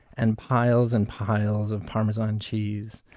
and piles and piles of parmesan cheese.